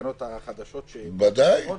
לתקנות החדשות --- בוודאי.